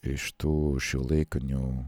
iš tų šiuolaikinių